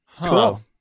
Cool